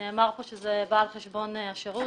נאמר פה שזה בא על חשבון השירות,